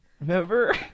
Remember